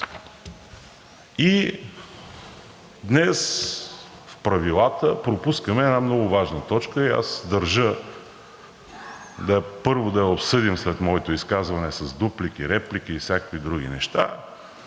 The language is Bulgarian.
И днес в правилата пропускаме една много важна точка, и аз държа, първо, да я обсъдим след моето изказване с дуплики, реплики и всякакви други неща,